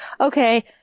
okay